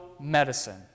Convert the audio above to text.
medicine